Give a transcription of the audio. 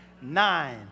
Nine